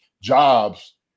jobs